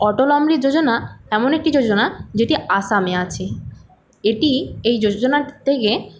অটল অমৃত যোজনা এমন একটি যোজনা যেটি আসামে আছে এটি এই যোজনাটা থেকে